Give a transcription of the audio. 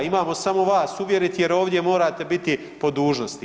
Imamo samo vas uvjeriti jer ovdje morate biti po dužnosti.